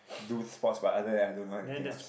do sports but other that I don't know anything else